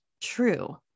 true